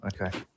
okay